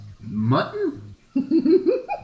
Mutton